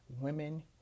women